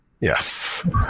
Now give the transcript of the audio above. Yes